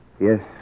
Yes